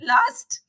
Last